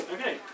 Okay